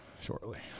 shortly